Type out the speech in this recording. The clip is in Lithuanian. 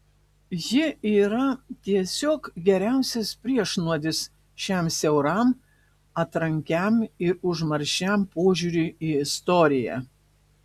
ji yra tiesiog geriausias priešnuodis šiam siauram atrankiam ir užmaršiam požiūriui į istoriją